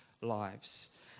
lives